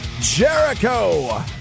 jericho